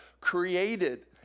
created